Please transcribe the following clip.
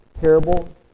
terrible